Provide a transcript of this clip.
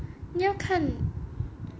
要看